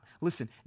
Listen